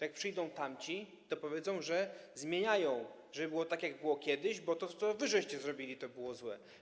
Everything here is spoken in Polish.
Jak przyjdą tamci, to powiedzą, że zmieniają, żeby było tak, jak było kiedyś, bo to, co wy zrobiliście, było złe.